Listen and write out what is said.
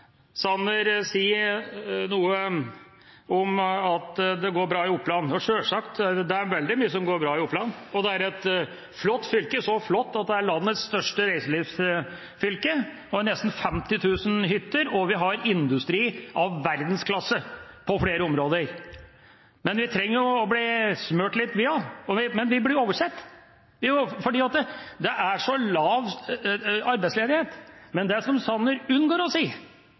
Sanner si noe om at det går bra i Oppland. Sjølsagt – det er veldig mye som går bra i Oppland. Det er et flott fylke, så flott at det er landets største reiselivsfylke, med nesten 50 000 hytter, og vi har industri i verdensklasse på flere områder – men vi trenger å bli smurt litt, vi også. Men vi blir oversett fordi det er så lav arbeidsledighet. Det som Sanner unnlater å si,